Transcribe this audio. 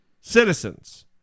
citizens